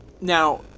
Now